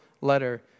letter